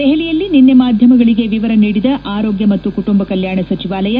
ದೆಹಲಿಯಲ್ಲಿ ನಿನ್ನೆ ಮಾಧ್ವಮಗಳಗೆ ವರ ನೀಡಿದ ಆರೋಗ್ನ ಮತ್ತು ಕುಟುಂಬ ಕಲ್ನಾಣ ಸಚಿವಾಲಯ